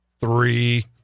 Three